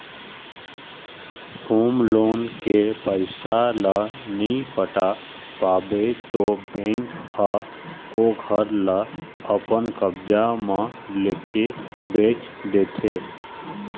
home loan के पइसा ल नइ पटा पाबे त बेंक ह ओ घर ल अपन कब्जा म लेके बेंच देथे